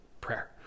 prayer